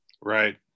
Right